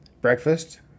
Breakfast